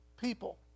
people